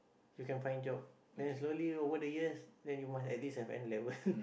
you can find job then slowly over the years then you must at least have N-level